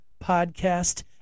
podcast